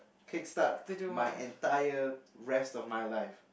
kickstart my entire rest of my life